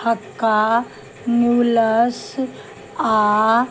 हक्का noodles आओर